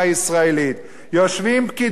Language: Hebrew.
יושבים פקידים ומשפטנים,